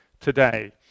today